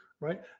Right